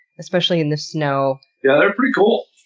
especially in the snow. yeah they're pretty cool.